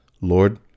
Lord